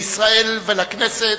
ברוך הבא לישראל ולכנסת,